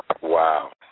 Wow